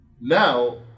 now